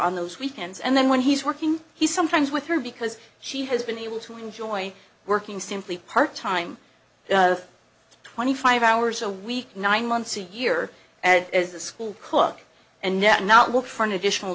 on those weekends and then when he's working he's sometimes with her because she has been able to enjoy working simply part time twenty five hours a week nine months a year at as a school cook and yet not work for an additional